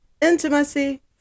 intimacy